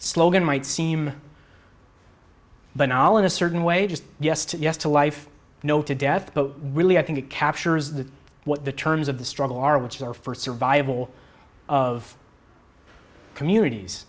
slogan might seem but knowledge a certain way just yes to yes to life no to death but really i think it captures the what the terms of the struggle are which are for survival of communities